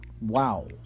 wow